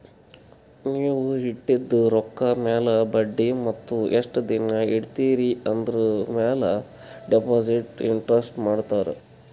ನೀವ್ ಇಟ್ಟಿದು ರೊಕ್ಕಾ ಮ್ಯಾಲ ಬಡ್ಡಿ ಮತ್ತ ಎಸ್ಟ್ ದಿನಾ ಇಡ್ತಿರಿ ಆಂದುರ್ ಮ್ಯಾಲ ಡೆಪೋಸಿಟ್ ಇಂಟ್ರೆಸ್ಟ್ ಮಾಡ್ತಾರ